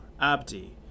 Abdi